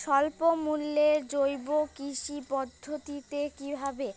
স্বল্প মূল্যে জৈব কৃষি পদ্ধতিতে কীভাবে